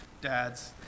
dad's